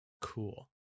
Cool